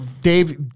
Dave-